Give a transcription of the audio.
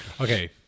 Okay